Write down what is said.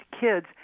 kids